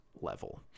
Level